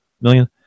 million